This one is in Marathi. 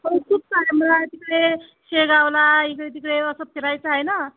हो खूप काय मग तिकडे शेगावला इकडे तिकडे असं फिरायचं आहे ना